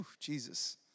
Jesus